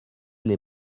les